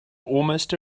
almost